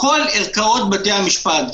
כל ערכאות בתי המשפט,